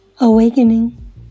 awakening